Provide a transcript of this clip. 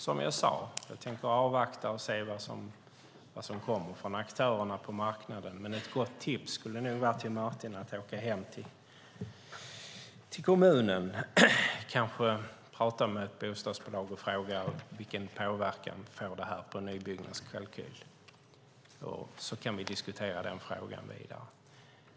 Som jag sade tänker jag avvakta och se vad som kommer från aktörerna på marknaden, men ett gott tips till Martin skulle nog vara att åka hem till kommunen och prata med bostadsbolagen om vilken påverkan det här får på en nybyggnadskalkyl. Sedan kan vi diskutera den frågan vidare.